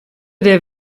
der